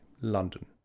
London